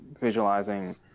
visualizing